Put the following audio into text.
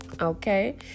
Okay